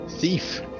Thief